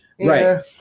right